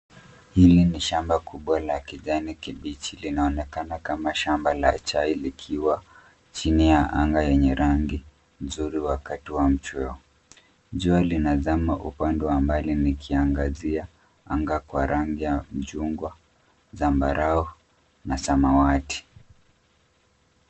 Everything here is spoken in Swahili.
Hili ni shamba kubwa la kijani kibichi, linaonekana kama shamba la chai. Likiwa chini ya anga lenye rangi nzuri wakati wa mchweo, jua linazama upande wa mbali likiangazia anga kwa rangi ya mchungwa, zambarau na samawati.